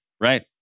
right